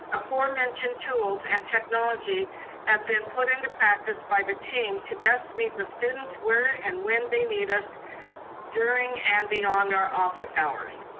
before-mentioned tools and technology have been put into practice by the team to best the students where and when they need us during and beyond our office hours.